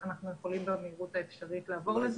אנחנו יכולים במהירות האפשרית לעבור לזה.